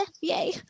Yay